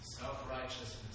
Self-righteousness